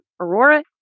Aurora